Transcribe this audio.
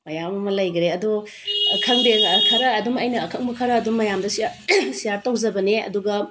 ꯃꯌꯥꯝ ꯑꯃ ꯂꯩꯈꯔꯦ ꯑꯗꯣ ꯈꯪꯗꯦ ꯈꯔ ꯑꯗꯨꯝ ꯑꯩꯅ ꯑꯈꯪꯕ ꯈꯔ ꯑꯗꯨꯝ ꯃꯌꯥꯝꯗ ꯁꯤꯌ꯭ꯔ ꯁꯤꯌꯥꯔ ꯇꯧꯖꯕꯅꯦ ꯑꯗꯨꯒ